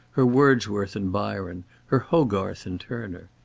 her wordsworth and byron, her hogarth and turner.